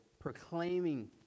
proclaiming